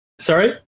sorry